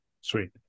Sweet